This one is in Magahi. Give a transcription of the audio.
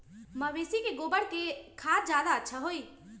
मवेसी के गोबर के खाद ज्यादा अच्छा होई?